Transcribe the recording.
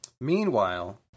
Meanwhile